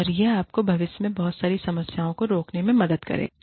और यह आपको भविष्य में बहुत सारी समस्याओं को रोकने में मदद करेगा